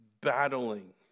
battling